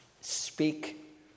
Speak